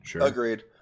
Agreed